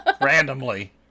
randomly